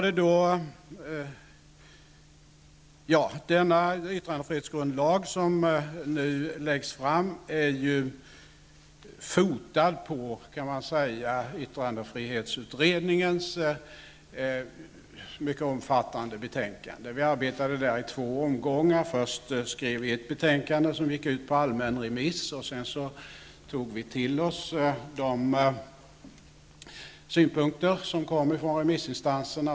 Det förslag till yttrandefrihetsgrundlag som nu läggs fram är fotad på yttrandefrihetsutredningens mycket omfattande betänkande. Vi arbetade där i två omgångar. Först skrev vi ett betänkande som gick ut på allmän remiss. Därefter tog vi till oss av de synpunkter som kom fram från remissinstanserna.